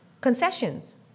concessions